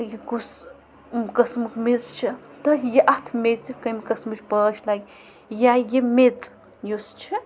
یہِ کُس قٕسمُک میٚژ چھِ تہٕ یہِ اَتھ میٚژِ کیٚمۍ قٕسمٕچ پٲش لَگہِ یا یہِ میٚژ یُس چھُ